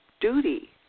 duty